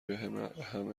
بهم